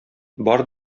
бар